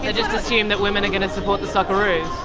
ah just assume that women are going to support the socceroos?